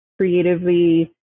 creatively